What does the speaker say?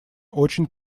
очень